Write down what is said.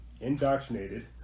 indoctrinated